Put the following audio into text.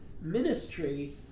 ministry